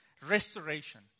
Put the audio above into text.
restoration